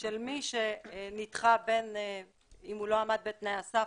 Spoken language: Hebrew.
של מי שנדחה אם הוא לא עמד בתנאי הסף,